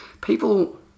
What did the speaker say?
people